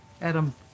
Adam